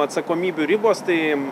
atsakomybių ribos tai